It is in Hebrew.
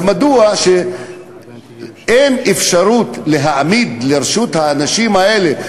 אז מדוע אין אפשרות להעמיד לרשות האנשים האלה,